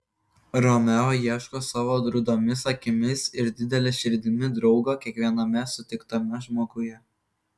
romeo ieško savo rudomis akimis ir didele širdimi draugo kiekviename sutiktame žmoguje